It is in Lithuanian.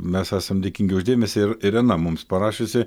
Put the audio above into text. mes esam dėkingi už dėmesį ir irena mums parašiusi